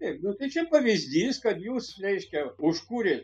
taip nu tai čia pavyzdys kad jūs reiškia užkūrėt